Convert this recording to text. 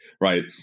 Right